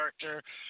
character